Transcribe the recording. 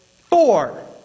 four